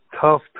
tough